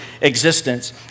existence